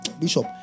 Bishop